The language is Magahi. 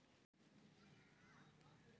खाता खोलेले कौन कौन सा कागज पत्र की जरूरत होते?